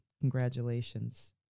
congratulations